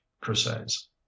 crusades